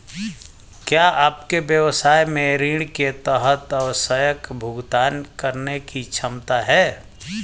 क्या आपके व्यवसाय में ऋण के तहत आवश्यक भुगतान करने की क्षमता है?